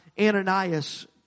Ananias